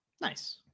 Nice